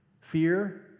Fear